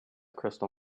crystal